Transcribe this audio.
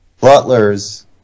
butlers